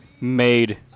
made